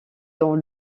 dans